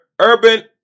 urban